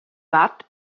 watt